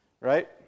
right